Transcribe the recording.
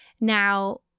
Now